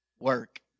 work